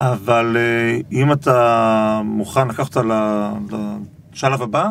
אבל אם אתה מוכן לקחת לשלב הבא,